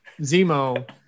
Zemo